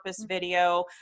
video